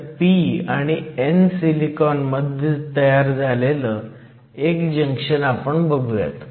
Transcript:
तर p आणि n silicon मध्ये तयार झालेलं एक जंक्शन बघुयात